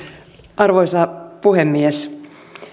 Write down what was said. arvoisa puhemies